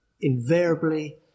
invariably